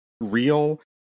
real